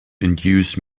induce